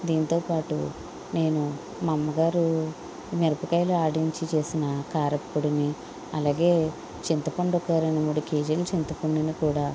దీనితోపాటు నేను మా అమ్మగారు మిరపకాయలు ఆడించి చేసిన కారంపొడిని అలాగే చింతపండు ఒక రెండు మూడు కేజీల చింతపండుని కూడా